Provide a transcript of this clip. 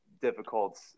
difficult